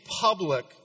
public